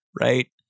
right